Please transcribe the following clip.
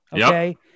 okay